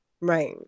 Right